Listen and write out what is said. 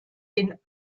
den